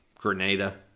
Grenada